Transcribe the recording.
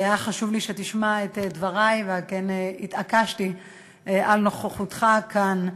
היה חשוב לי שתשמע את דברי ועל כן התעקשתי על נוכחותך כאן.